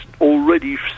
already